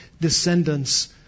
descendants